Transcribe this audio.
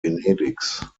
venedigs